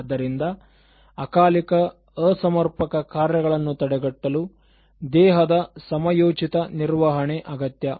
ಆದ್ದರಿಂದ ಅಕಾಲಿಕ ಅಸಮರ್ಪಕ ಕಾರ್ಯಗಳನ್ನು ತಡೆಗಟ್ಟಲು ದೇಹದ ಸಮಯೋಚಿತ ನಿರ್ವಹಣೆ ಅಗತ್ಯ